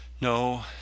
No